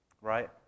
right